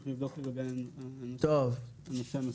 אנחנו נבדוק את זה לגבי הנושא הנוסחי.